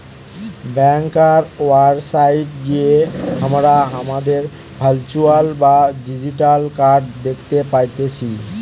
ব্যাংকার website গিয়ে হামরা হামাদের ভার্চুয়াল বা ডিজিটাল কার্ড দ্যাখতে পারতেছি